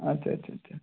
আচ্ছা আচ্ছা আচ্ছা